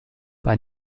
bei